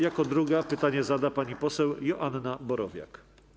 Jako druga pytanie zada pani poseł Joanna Borowiak.